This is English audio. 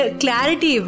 clarity